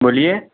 बोलिए